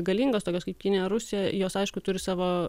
galingos tokios kaip kinija rusija jos aišku turi savo